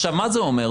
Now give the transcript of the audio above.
עכשיו, מה זה אומר?